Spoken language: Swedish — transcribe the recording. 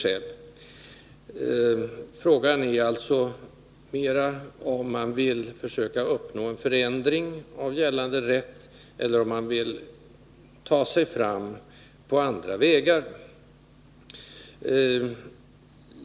Frågan är om man vill försöka uppnå en förändring av gällande rätt eller om man vill ta sig fram på andra vägar.